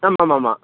ஆமாம் ஆமாம் ஆமாம்